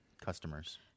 customers